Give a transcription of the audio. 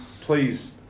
please